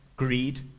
greed